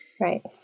Right